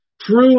True